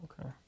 Okay